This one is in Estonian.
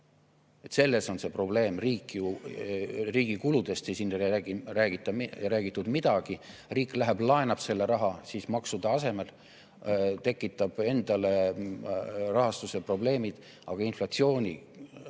Selles on see probleem. Riigi kuludest ei räägitud midagi. Riik läheb, laenab selle raha maksude asemel, tekitab endale rahastuse probleemid, aga inflatsioonile